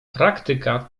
praktyka